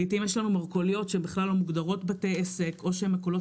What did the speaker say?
לעיתים יש לנו מרכוליות שבכלל לא מוגדרות כבתי עסק או מכולות